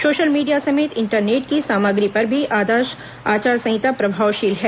social media समेत internet की सामग्री पर भी आदर्श आचार संहिता प्रभावशील है